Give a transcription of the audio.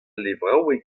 levraoueg